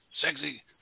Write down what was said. Sexy